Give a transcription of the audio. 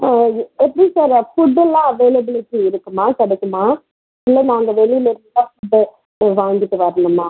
ஆ அது எப்படி சார் ஃபுட்டெலாம் அவைளபிலிட்டி இருக்குமா கிடைக்குமா இல்லை நாங்கள் வெளியில் இருந்து தான் ஃபுட்டு வாங்கிட்டு வரணுமா